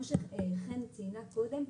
כמו שחן ציינה קודם,